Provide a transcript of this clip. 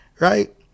right